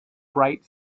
bright